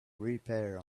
repair